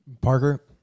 Parker